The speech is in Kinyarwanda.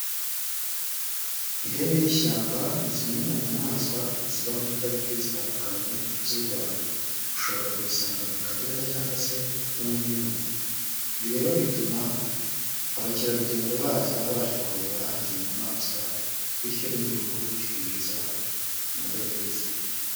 Ihene y'ishyamba ni zimwe mu nyamaswa ziba muri pariki zitandukanye z'u Rwanda, ushobora kuyisanga mu Kagera cyangwa se no muri Nyungwe, ibi rero bituma abakerarugendo baza baje kureba izi nyamaswa, bityo n'Igihugu kikinjiza amadovize.